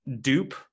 dupe